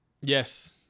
Yes